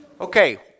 Okay